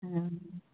ആ